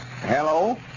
Hello